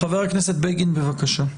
חבר הכנסת בגין, בבקשה.